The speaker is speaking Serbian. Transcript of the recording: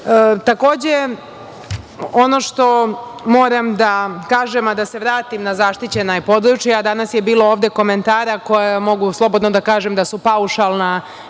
ono što moram da kažem a da se vratim na zaštićena područja, danas je ovde bilo komentara koja mogu slobodno da kažem da su paušalna